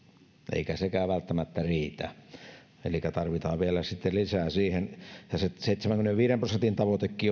eikä sekään välttämättä riitä elikkä tarvitaan vielä lisää siihen vaikka se seitsemänkymmenenviiden prosentin tavoitekin